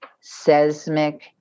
seismic